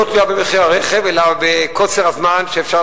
לא תלויה במחיר הרכב אלא בקוצר הזמן שאפשר